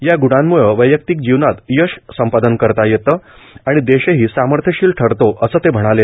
या ग्णांम्ळे वैयक्तिक जीवनात यश संपादन करता येते आणि देशही सामर्थ्यशील ठरतो असे ते म्हणाले